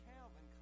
Calvin